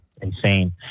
insane